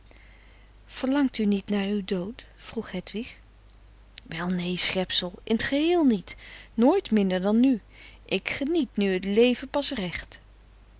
verlangt u niet naar uw dood vroeg hedwig wel nee schepsel in t geheel niet nooit minder dan nu ik geniet nu het leve pas recht